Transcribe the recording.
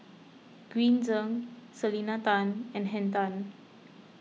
Green Zeng Selena Tan and Henn Tan